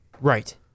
Right